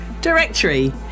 directory